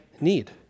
need